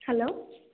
hello